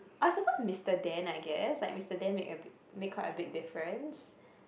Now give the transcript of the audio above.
I suppose to Mister Den I guess like Mister Den make a make quite a big difference